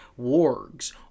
Wargs